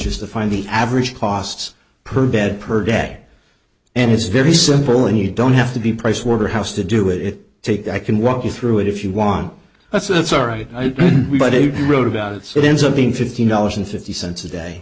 is the find the average costs per bed per day and it's very simple and you don't have to be pricewaterhouse to do it take i can walk you through it if you want it so it's all right but they wrote about it so it ends up being fifteen dollars and fifty cents a day